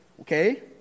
okay